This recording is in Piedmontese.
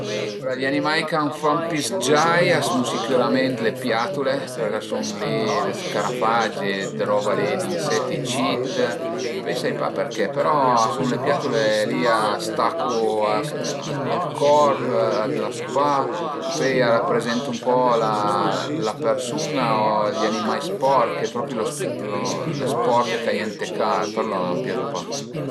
Alura i animai ch'a më fan pi s-giai a sun sicürament le piatule përché a sun li i scarafaggi, dë roba li d'insetti cit, pöi sai pa përché però a sun le piatule, li a s'atacu al corp, a t'lasu pa, pöi a raprezentu ën po la persun-a o i animai sporch, al e propi lë sporch ch'a ie ën la ca, per lon a m'piazu pa